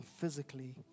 physically